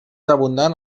abundant